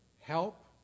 help